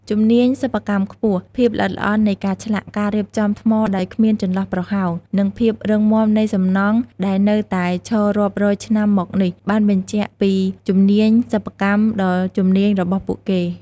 ជំនាញសិប្បកម្មខ្ពស់ ភាពល្អិតល្អន់នៃការឆ្លាក់ ការរៀបចំថ្មដោយគ្មានចន្លោះប្រហោង និងភាពរឹងមាំនៃសំណង់ដែលនៅតែឈររាប់រយឆ្នាំមកនេះ បានបញ្ជាក់ពីជំនាញសិប្បកម្មដ៏ជំនាញរបស់ពួកគេ។